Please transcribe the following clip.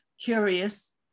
curious